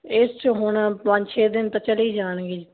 ਇਸ 'ਚ ਹੁਣ ਪੰਜ ਛੇ ਦਿਨ ਤਾਂ ਚਲੇ ਹੀ ਜਾਣਗੇ ਜੀ